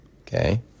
okay